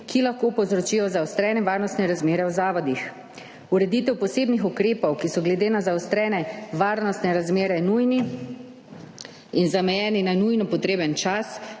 ki lahko povzročijo zaostrene varnostne razmere v zavodih. Ureditev posebnih ukrepov, ki so glede na zaostrene varnostne razmere nujni in zamejeni na nujno potreben čas,